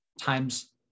times